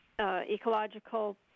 ecological